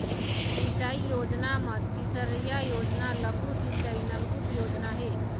सिंचई योजना म तीसरइया योजना लघु सिंचई नलकुप योजना हे